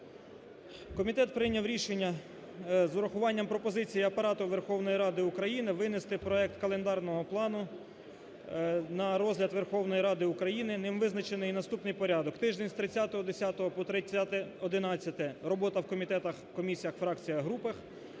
Комітет прийняв рішення з урахуванням пропозицій Апарату Верховної Ради України винести проект календарного плану на розгляд Верховної Ради України. Ним визначений наступний порядок: тиждень з 30.10 по 30.11 – робота у комітетах, комісіях, фракціях, групах;